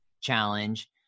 challenge